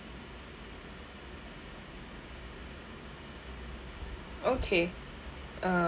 okay uh